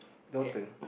daughter